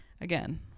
again